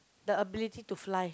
the ability to fly